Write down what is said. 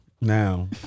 now